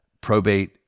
probate